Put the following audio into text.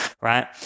right